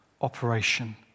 operation